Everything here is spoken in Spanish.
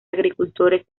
agricultores